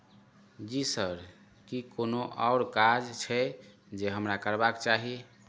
जी sir की कोनो आओर काज छै जे हमरा करबाक चाही